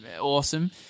awesome